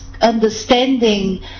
understanding